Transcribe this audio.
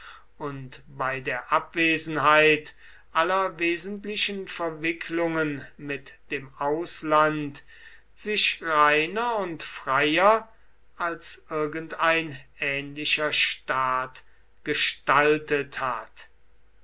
und bei der abwesenheit aller wesentlichen verwicklungen mit dem ausland sich reiner und freier als irgendein ähnlicher staat gestaltet hat